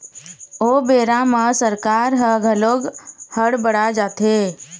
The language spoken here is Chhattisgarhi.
ओ बेरा म सरकार ह घलोक हड़ बड़ा जाथे